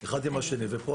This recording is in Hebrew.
זה עם זה ופועלים.